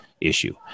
issue